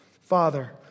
Father